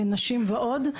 לנשים ועוד.